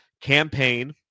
campaign